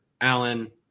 Allen